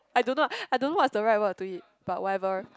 I don't know I don't know what's the right word to it but whatever